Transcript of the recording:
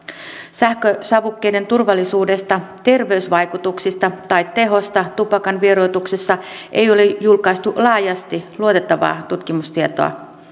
sähkösavukkeiden turvallisuudesta terveysvaikutuksista tai tehosta tupakan vieroituksessa ei ole julkaistu laajasti luotettavaa tutkimustietoa